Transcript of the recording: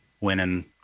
winning